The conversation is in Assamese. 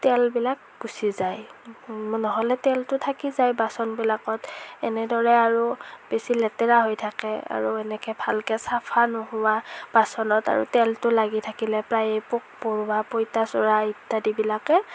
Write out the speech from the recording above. তেলবিলাক গুছি যায় নহ'লে তেলটো থাকি যায় বাচনবিলাকত এনেদৰে আৰু বেছি লেতেৰা হৈ থাকে আৰু এনেকৈ ভালকৈ চাফা নোহোৱা বাচনত আৰু তেলটো লাগি থাকিলে প্ৰায়ে পোক পৰুৱা পঁইতাচোৰা ইত্যাদি বিলাকে